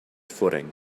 footing